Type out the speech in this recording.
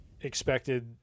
expected